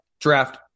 Draft